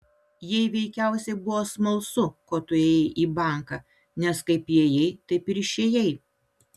jai veikiausiai buvo smalsu ko tu ėjai į banką nes kaip įėjai taip ir išėjai